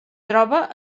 troba